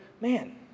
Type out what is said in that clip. man